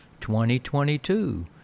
2022